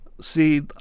See